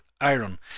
Iron